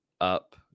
up